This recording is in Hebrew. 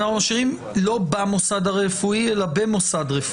אני משאירים לא במוסד הרפואי, אלא במוסד רפואי.